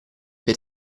per